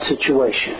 situation